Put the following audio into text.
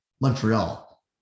Montreal